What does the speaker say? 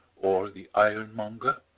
or the ironmonger,